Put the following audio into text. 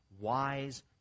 wise